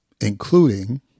including